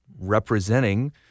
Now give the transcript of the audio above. representing